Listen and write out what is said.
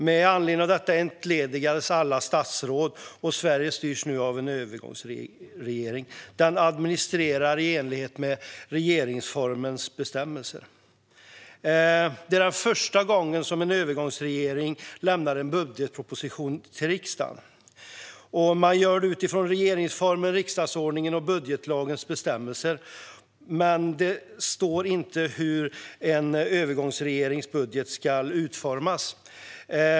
Med anledning av detta entledigades alla statsråd, och Sverige styrs nu av en övergångsregering som administrerar i enlighet med regeringsformens bestämmelser. Det här är första gången som en övergångsregering lämnar en budgetproposition till riksdagen. Det gör man utifrån regeringsformen, riksdagsordningen och budgetlagens bestämmelser. Men där står det inte hur en övergångsregerings budget ska utformas.